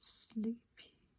sleepy